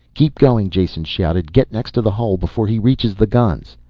keep going! jason shouted. get next to the hull before he reaches the guns.